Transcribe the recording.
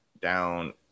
down